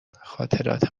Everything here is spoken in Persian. خاطرات